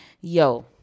Yo